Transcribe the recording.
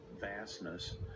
vastness